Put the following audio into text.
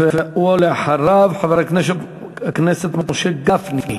ואחריו, חבר הכנסת משה גפני.